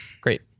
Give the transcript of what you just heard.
Great